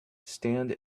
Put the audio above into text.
stand